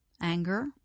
anger